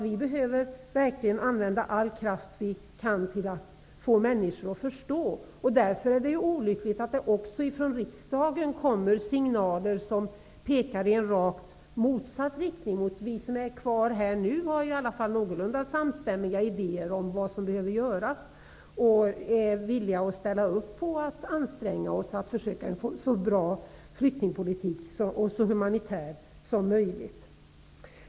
Vi behöver verkligen använda all kraft för att få människor att förstå. Därför är det olyckligt att det också från riksdagen kommer signaler som pekar i rakt motsatt riktning. Vi som diskuterar dessa frågor just nu har i alla fall någorlunda samstämmiga idéer om vad som behöver göras och är villiga att anstränga oss för att försöka få till stånd en så bra och humanitär flyktingpolitik som möjligt.